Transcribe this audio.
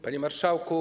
Panie Marszałku!